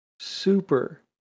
super